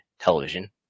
television